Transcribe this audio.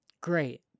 great